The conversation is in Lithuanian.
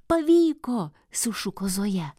pavyko sušuko zoja